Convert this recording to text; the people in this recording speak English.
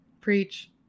Preach